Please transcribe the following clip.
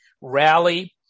rally